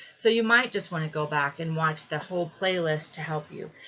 so you might just want to go back and watch the whole playlist to help you.